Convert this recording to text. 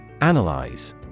Analyze